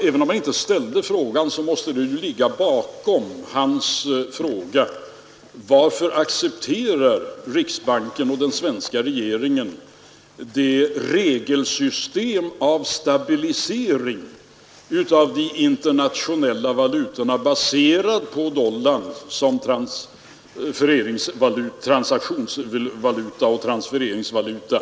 Även om han inte direkt ställde frågan måste den ligga bakom hans fråga, varför riksbanken och den svenska regeringen accepterar regelsystemet för stabilisering av de internationella valutorna baserat på dollarn som transaktionsvaluta och transfereringsvaluta.